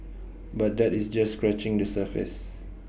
but that is just scratching the surface